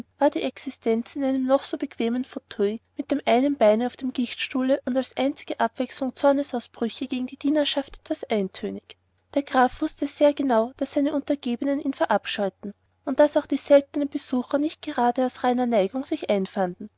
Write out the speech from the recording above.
war die existenz in einem noch so bequemen fauteuil mit dem einen beine auf dem gichtstuhle und als einzige abwechslung zornesausbrüche gegen die dienerschaft etwas eintönig der graf wußte sehr genau daß seine untergebenen ihn verabscheuten und daß auch die seltenen besucher nicht gerade aus reiner neigung sich einfanden